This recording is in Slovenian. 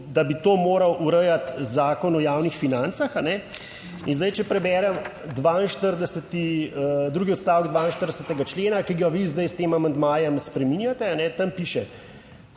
da bi to moral urejati Zakon o javnih financah. In zdaj, če preberem 42., drugi odstavek 42. člena, ki ga vi zdaj s tem amandmajem spreminjate, tam piše,